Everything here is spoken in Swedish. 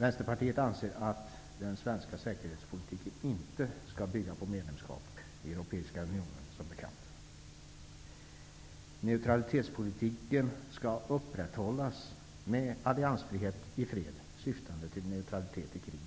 Vänsterpartiet anser som bekant att den svenska säkerhetspolitiken inte skall bygga på medlemskap i Europeiska unionen. Neutralitetspolitiken skall upprätthållas med alliansfrihet i fred, syftande till neutralitet i krig.